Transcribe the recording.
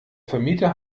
vermieter